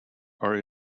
are